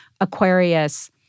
Aquarius